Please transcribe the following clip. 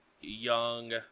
young